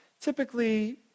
typically